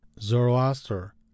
Zoroaster